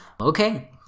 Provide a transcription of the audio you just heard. Okay